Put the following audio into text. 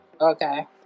Okay